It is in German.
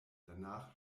danach